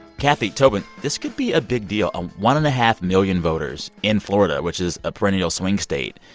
kathy, tobin, this could be a big deal. um one and a half million voters in florida, which is a perennial swing state,